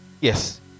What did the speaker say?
yes